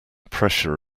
pressure